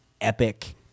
epic